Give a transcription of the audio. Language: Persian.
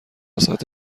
ساعت